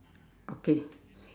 okay